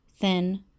thin